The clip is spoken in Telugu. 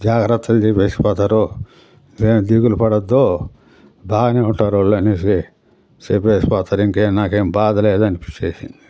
జాగ్రత్తలు చెప్పేసి పోతారు నువ్వేం దిగులు పడవద్దు బాగానే ఉంటారు వాళ్ళు అనేసి చెప్పేసి పోతారు ఇంకేం నాకేం బాధ లేదు అనిపించేసింది